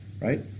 right